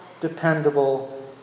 dependable